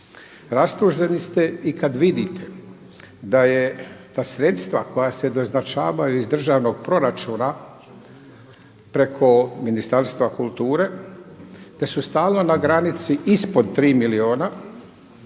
rastuženi ste i kad vidite da je ta sredstva koja se doznačavaju iz državnog proračuna preko Ministarstva kulture da su stalno na granici ispod 3 milijuna